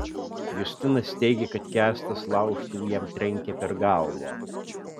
justinas teigia kad kęstas laužtuvu jam trenkė per galvą